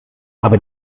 aber